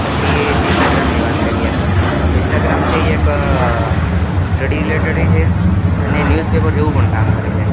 પછી ઇન્સ્ટાગ્રામની વાત કરીએ તો એ ઇસ્ટાગ્રામ છે એ એક સ્ટડી રિલેટેડ એ છે અને ન્યૂઝ પેપર જેવું પણ કામ કરે છે